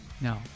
no